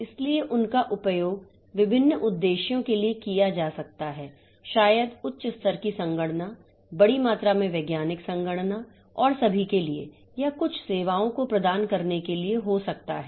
इसलिए उनका उपयोग विभिन्न उद्देश्यों के लिए किया जा सकता है शायद उच्च स्तर की संगणना बड़ी मात्रा में वैज्ञानिक संगणना और सभी के लिए या कुछ सेवाओं को प्रदान करने के लिए हो सकता है